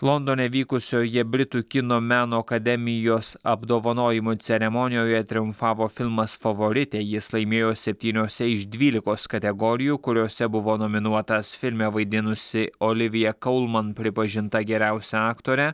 londone vykusioje britų kino meno akademijos apdovanojimo ceremonijoje triumfavo filmas favoritė jis laimėjo septyniose iš dvylikos kategorijų kuriose buvo nominuotas filme vaidinusi olivija koulman pripažinta geriausia aktore